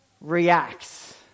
reacts